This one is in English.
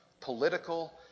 political